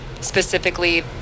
specifically